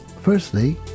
firstly